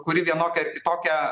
kuri vienokia ar kitokia